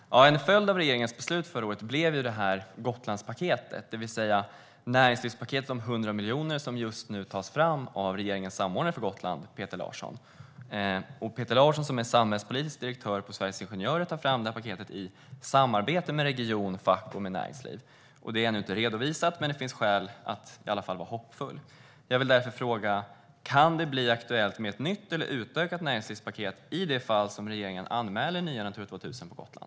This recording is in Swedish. Fru talman! En följd av regeringens beslut förra året blev Gotlandspaketet, det vill säga näringslivspaketet om 100 miljoner som just nu tas fram av regeringens samordnare för Gotland, Peter Larsson. Peter Larsson, som är samhällspolitisk direktör på Sveriges ingenjörer, tar fram det här paketet i samarbete med region, fack och näringsliv. Det är ännu inte redovisat, men det finns i alla fall skäl att vara hoppfull. Jag vill därför fråga: Kan det bli aktuellt med ett nytt eller utökat näringslivspaket i det fall regeringen anmäler nya Natura 2000-områden på Gotland?